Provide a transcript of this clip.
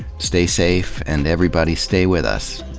stay safe, and everybody stay with us.